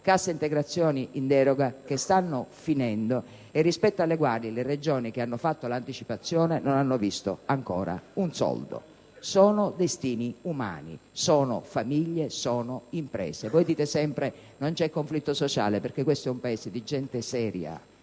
cassa integrazione in deroga che stanno finendo e rispetto alle quali le Regioni che hanno fatto l'anticipazione non hanno visto ancora un soldo. Sono destini umani, sono famiglie, sono imprese. Voi dite sempre che non c'è conflitto sociale, perché questo è un Paese di gente seria.